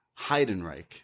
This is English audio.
heidenreich